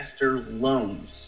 Loans